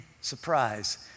surprise